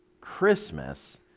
Christmas